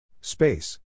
Space